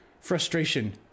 Frustration